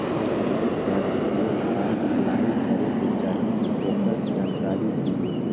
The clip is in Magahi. हम डेबिट कार्ड के लेल फॉर्म अपलाई करे के चाहीं ल ओकर जानकारी दीउ?